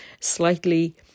slightly